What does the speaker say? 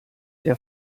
der